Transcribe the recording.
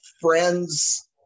friends